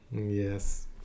yes